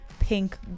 pink